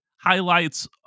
Highlights